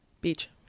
Beach